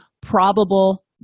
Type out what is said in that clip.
probable